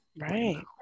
Right